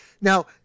Now